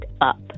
up